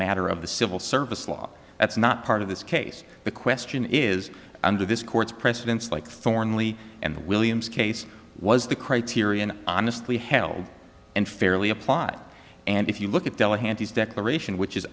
matter of the civil service law that's not part of this case the question is under this court's precedents like thornley and the williams case was the criterion honestly held and fairly applied and if you look at della hand his declaration which is